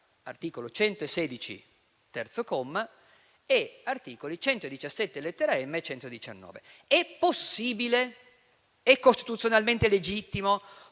articolo 116, terzo comma, e articoli 117, lettera *m)*, e 119. È possibile e costituzionalmente legittimo